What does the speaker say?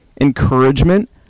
encouragement